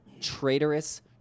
traitorous